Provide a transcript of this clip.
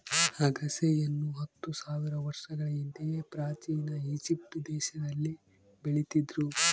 ಅಗಸೆಯನ್ನು ಹತ್ತು ಸಾವಿರ ವರ್ಷಗಳ ಹಿಂದೆಯೇ ಪ್ರಾಚೀನ ಈಜಿಪ್ಟ್ ದೇಶದಲ್ಲಿ ಬೆಳೀತಿದ್ರು